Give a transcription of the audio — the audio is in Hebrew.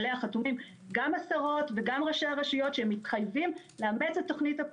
אני חושבת שהנושא הזה נכנס בצורה מאוד משמעותית.